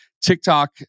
TikTok